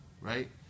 right